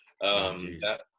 that-